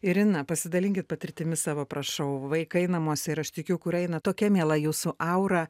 irina pasidalinkit patirtimi savo prašau vaikai namuose ir aš tikiu kur eina tokia miela jūsų aura